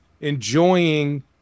enjoying